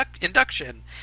induction